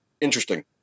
interesting